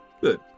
Good